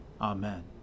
Amen